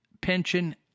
pension